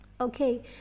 okay